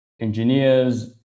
engineers